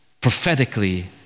prophetically